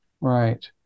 right